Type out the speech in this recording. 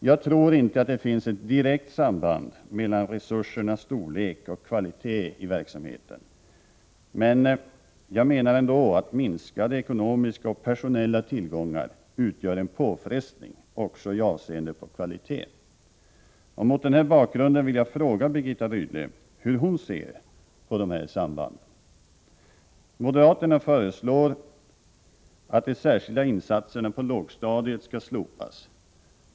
Jag tror inte att det finns ett direkt samband mellan resursernas storlek och kvalitet i verksamheten men jag menar ändå att minskade ekonomiska och personella tillgångar utgör en påfrestning också i avseende på kvaliteten. Mot den bakgrunden vill jag fråga Birgitta Rydle hur hon ser på det här sambandet. Moderaterna föreslår att de särskilda insatserna på lågstadiet skall slopas.